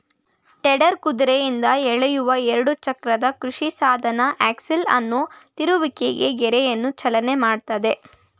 tedder ಕುದುರೆಯಿಂದ ಎಳೆಯುವ ಎರಡು ಚಕ್ರದ ಕೃಷಿಸಾಧನ ಆಕ್ಸೆಲ್ ಅನ್ನು ತಿರುಗುವಿಕೆ ಗೇರನ್ನು ಚಾಲನೆ ಮಾಡ್ತದೆ